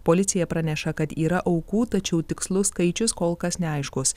policija praneša kad yra aukų tačiau tikslus skaičius kol kas neaiškus